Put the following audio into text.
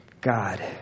God